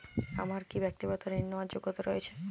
আমার কী ব্যাক্তিগত ঋণ নেওয়ার যোগ্যতা রয়েছে?